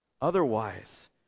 Otherwise